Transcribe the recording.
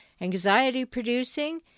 anxiety-producing